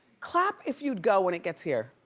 clap if you'd go when it gets here.